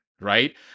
right